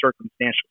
circumstantial